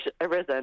arisen